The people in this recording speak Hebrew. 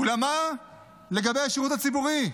אולם מה לגבי השירות הציבורי בטלוויזיה,